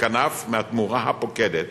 מהתמורה הפוקדת